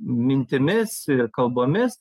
mintimis ir kalbomis